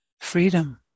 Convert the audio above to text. freedom